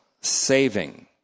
saving